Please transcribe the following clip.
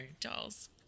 dolls